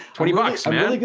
twenty bucks man, like